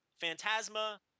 Phantasma